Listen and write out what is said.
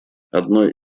одной